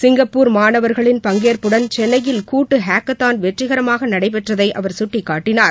Singapore மாணவர்களின் பங்கேற்புடன் சென்னையில் கூட்டு ஹேக்கத்தான் வெற்றிகரமாக நடைபெற்றதை அவர் சுட்டிக்காட்டினார்